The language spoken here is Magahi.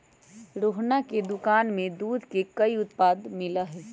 रोहना के दुकान में दूध के कई उत्पाद मिला हई